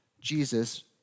Jesus